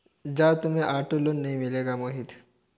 जाओ, तुम्हें auto loan नहीं मिलेगा मोहित